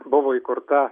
buvo įkurta